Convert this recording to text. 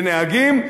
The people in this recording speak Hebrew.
לנהגים: